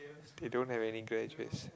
they don't have any graduates